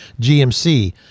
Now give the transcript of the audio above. GMC